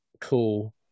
cool